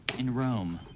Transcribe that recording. in rome.